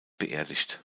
beerdigt